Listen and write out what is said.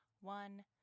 one